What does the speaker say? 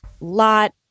lot